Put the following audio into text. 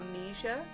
amnesia